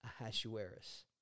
Ahasuerus